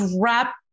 wrap